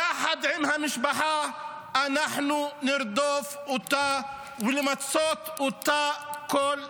יחד עם המשפחה אנחנו נרדוף אותה למצות איתה כל דין.